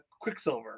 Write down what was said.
quicksilver